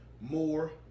more